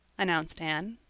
announced anne.